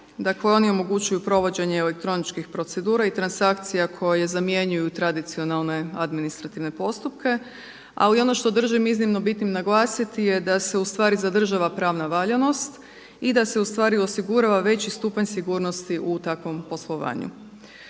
Dakle oni omogućuju provođenje elektroničkih procedura i transakcija koje zamjenjuju tradicionalne administrativne postupke. Ali ono što držim iznimno bitnim naglasiti je da se ustvari zadržava pravna valjanost i da se ustvari osigurava veći stupanj sigurnosti u takvom poslovanju.